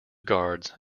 guards